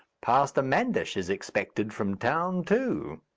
pastor manders is expected from town, too.